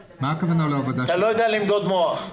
מה הכוונה לא עבודה שווה?